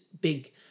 big